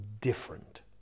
different